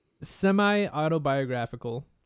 semi-autobiographical